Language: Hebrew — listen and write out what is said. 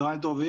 צוהריים טובים.